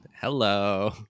hello